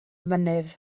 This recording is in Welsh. mynydd